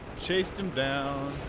chased him down,